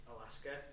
Alaska